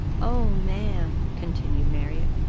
oh, ma'am, continued marriott,